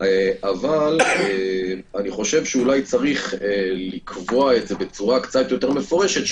אבל אני חושב שאולי צריך לקבוע את זה בצורה יותר מפורשת,